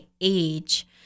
age